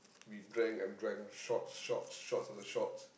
we drank and drank shots shots shots after shots